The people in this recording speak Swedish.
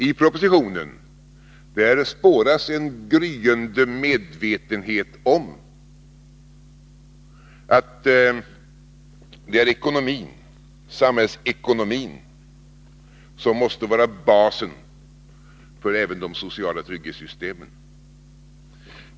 I propositionen spåras en gryende medvetenhet om att det är samhällsekonomin som måste vara basen även för de sociala trygghetssystemen.